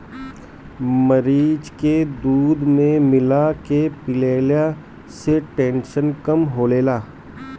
मरीच के दूध में मिला के पियला से टेंसन कम होखेला